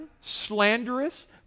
slanderous